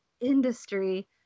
industry